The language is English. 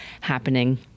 happening